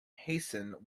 hasten